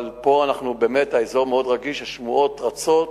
אבל פה באמת האזור מאוד רגיש, השמועות רצות,